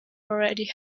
already